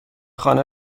خانه